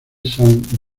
song